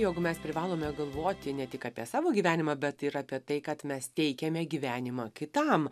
jog mes privalome galvoti ne tik apie savo gyvenimą bet ir apie tai kad mes teikiame gyvenimą kitam